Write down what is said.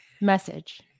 Message